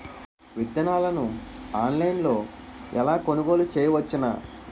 విత్తనాలను ఆన్లైన్లో ఎలా కొనుగోలు చేయవచ్చున?